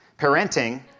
Parenting